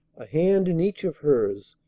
a hand in each of hers,